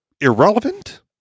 irrelevant